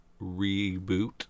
reboot